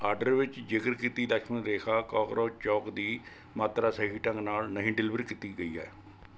order ਵਿੱਚ ਜ਼ਿਕਰ ਕੀਤੀ ਲਕਸ਼ਮਣ ਰੇਖਾ ਕਾਕਰੋਚ ਚੋਕ ਦੀ ਮਾਤਰਾ ਸਹੀ ਢੰਗ ਨਾਲ ਨਹੀਂ ਡਿਲੀਵਰ ਕੀਤੀ ਗਈ ਹੈ